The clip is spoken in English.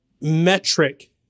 metric